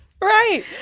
Right